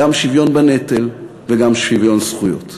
גם שוויון בנטל וגם שוויון זכויות.